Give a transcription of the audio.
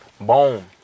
Boom